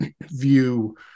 view